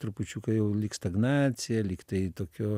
trupučiuką jau lyg stagnacija lyg tai tokio